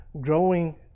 Growing